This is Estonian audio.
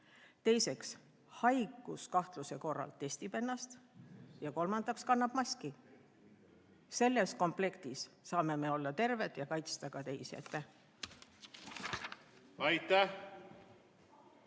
teiseks, haiguskahtluse korral testib ennast, ja kolmandaks, kannab maski. Selle komplekti korral saame olla terved ja kaitsta ka teisi. Aitäh!